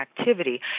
activity